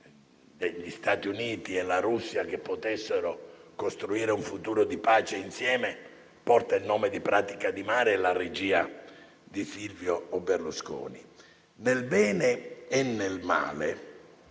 gli Stati Uniti e la Russia potessero costruire un futuro di pace insieme porta il nome di Pratica di mare e la regia di Silvio Berlusconi. Nel bene e nel male,